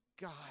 God